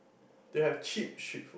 they have cheap street